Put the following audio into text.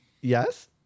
Yes